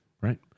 Right